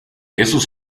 esos